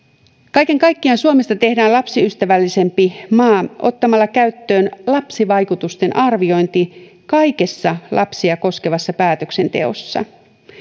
kaiken kaikkiaan suomesta tehdään lapsiystävällisempi maa ottamalla käyttöön lapsivaikutusten arviointi kaikessa lapsia koskevassa päätöksenteossa